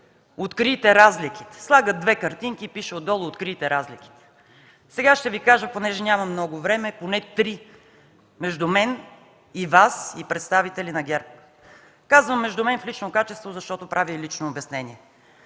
„Открийте разликите” – слагат две картинки и отдолу пише: „Открийте разликите”. Сега ще Ви кажа, понеже няма много време, поне три – между мен, Вас и представители на ГЕРБ. Казвам между мен в лично качество, защото правя и лично обяснение.